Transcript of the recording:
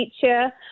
feature